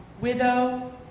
widow